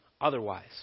otherwise